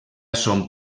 son